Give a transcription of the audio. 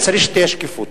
וצריך שתהיה שקיפות.